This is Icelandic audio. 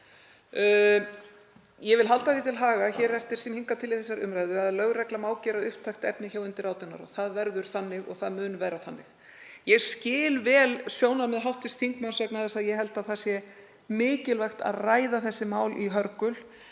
Ég vil halda því til haga hér eftir sem hingað til í þessari umræðu að lögreglan má gera upptækt efni hjá ungmennum undir 18 ára. Það er þannig og það mun áfram verða þannig. Ég skil vel sjónarmið hv. þingmanns vegna þess að ég held að það sé mikilvægt að ræða þessi mál í hörgul